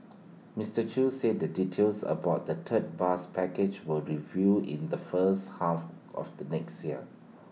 Mister chew said the details about the third bus package will be revealed in the first half of the next year